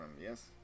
Yes